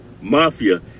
mafia